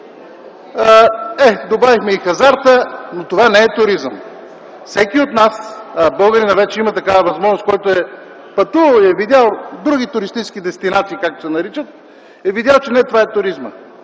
Е, добавихме и хазарта, но това не е туризъм. Всеки от нас (българинът вече има такава възможност), който е пътувал, е видял от други туристически дестинации, че не това е туризмът.